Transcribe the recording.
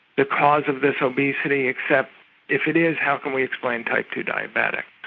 the cause of this obesity, except if it is how can we explain type ii diabetics?